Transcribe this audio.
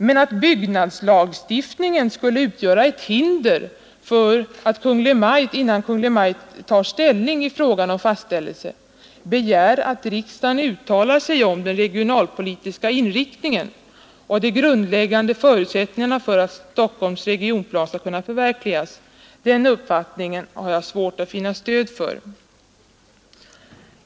Men att byggnadslagstiftningen skulle utgöra ett hinder för att Kungl. Maj:t, innan Kungl. Maj:t tar ställning i frågan om fastställelse, begär att riksdagen uttalar sig om den regionalpolitiska inriktningen och de grundläggande förutsättningarna för att Stockholms regionplan skall kunna förverkligas, den uppfattningen har jag svårt att finna stöd för.